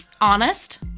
honest